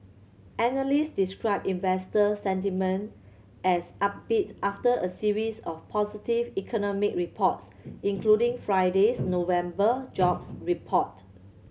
analyst described investor sentiment as upbeat after a series of positive economic reports including Friday's November jobs report